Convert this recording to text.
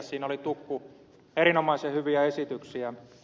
siinä oli tukku erinomaisen hyviä esityksiä